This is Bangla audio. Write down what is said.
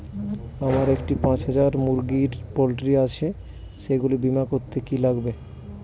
আমার একটি পাঁচ হাজার মুরগির পোলট্রি আছে সেগুলি বীমা করতে কি লাগবে?